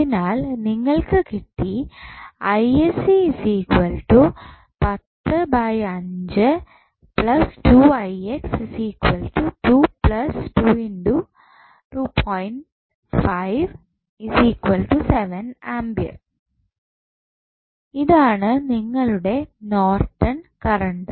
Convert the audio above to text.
അതിനാൽ നിങ്ങൾക്ക് കിട്ടി ഇതാണ് നിങ്ങളുടെ നോർട്ടൻ കറണ്ട്